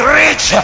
rich